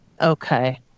okay